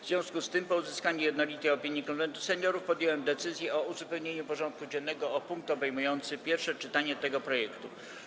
W związku z tym, po uzyskaniu jednolitej opinii Konwentu Seniorów, podjąłem decyzję o uzupełnienie porządku dziennego o punkt obejmujący pierwsze czytanie tego projektu.